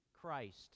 Christ